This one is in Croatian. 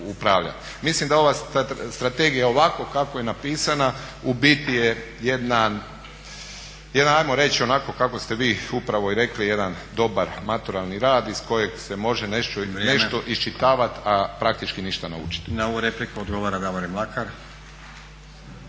Mislim da ova strategija ovako kako je napisana u biti je jedan hajmo reći onako kako ste vi upravo i rekli jedan dobar maturalni rad iz kojeg se može nešto… …/Upadica Stazić: